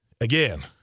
again